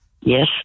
yes